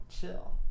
chill